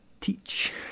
teach